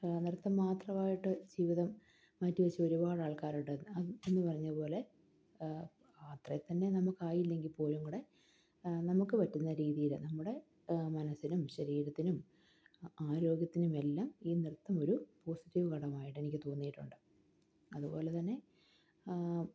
നൃത്തം മാത്രമായിട്ട് ജീവിതം മാറ്റിവച്ച ഒരുപാട് ആൾക്കാരുണ്ട് പറഞ്ഞതുപോലെ അത്രയുംതന്നെ നമുക്കായില്ലെങ്കിൽപ്പോലുംകൂടി നമുക്ക് പറ്റുന്ന രീതിയിൽ നമ്മുടെ മനസ്സിനും ശരീരത്തിനും ആരോഗ്യത്തിനും എല്ലാം ഈ നൃത്തം ഒരു പോസിറ്റീവ് ഘടകമായിട്ട് എനിക്ക് തോന്നിയിട്ടുണ്ട് അതുപോലെതന്നെ